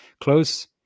close